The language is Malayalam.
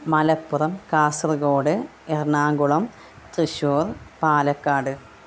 മലപ്പുറം കാസർഗോഡ് എറണാകുളം തൃശൂർ പാലക്കാട്